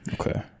Okay